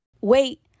Wait